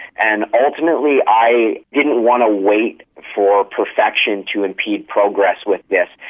and ultimately i didn't want to wait for perfection to impede progress with this.